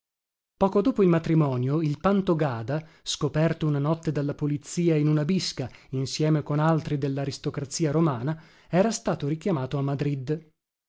poco dopo il matrimonio il pantogada scoperto una notte dalla polizia in una bisca insieme con altri dellaristocrazia romana era stato richiamato a madrid